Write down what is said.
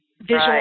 visual